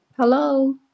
Hello